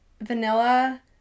vanilla